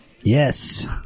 Yes